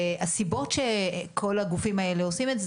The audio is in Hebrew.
הסיבות שכל הגופים האלה עושים את זה,